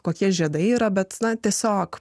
kokie žiedai yra bet tiesiog